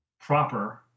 proper